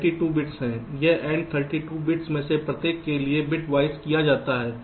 32 bits हैं यह AND 32 bits में से प्रत्येक के लिए बिट वाइस किया जाता है